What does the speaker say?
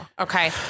Okay